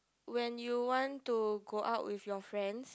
when you want to go out with your friends